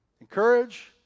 Encourage